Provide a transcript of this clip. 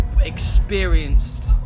experienced